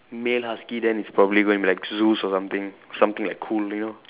male husky then it's probably going to be like Zeus or something something like cool you know